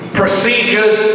procedures